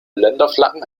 länderflaggen